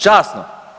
Časno.